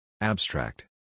Abstract